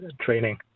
training